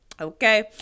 Okay